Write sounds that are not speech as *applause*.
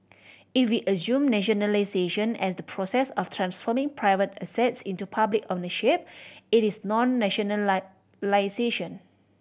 if we assume nationalisation as the process of transforming private assets into public ownership it is not *unintelligible*